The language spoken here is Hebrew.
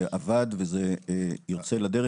זה עבד וזה יוצא לדרך.